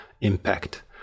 impact